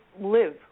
live